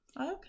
Okay